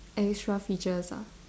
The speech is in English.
extra features ah